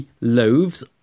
loaves